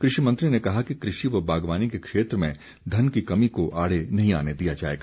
कृषि मंत्री ने कहा कि कृषि व बागवानी के क्षेत्र में धन की कमी को आड़े नहीं आने दिया जाएगा